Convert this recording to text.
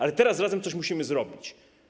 Ale teraz razem coś musimy zrobić.